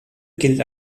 gilt